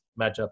matchup